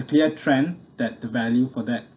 the clear trend that the value for that